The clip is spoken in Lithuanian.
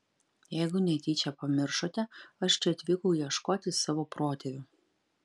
jeigu netyčia pamiršote aš čia atvykau ieškoti savo protėvių